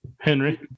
Henry